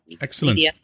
Excellent